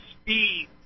speed